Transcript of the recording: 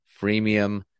freemium